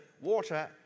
water